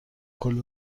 کلی